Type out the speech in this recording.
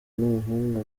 n’umuhungu